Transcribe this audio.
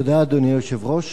אדוני היושב-ראש,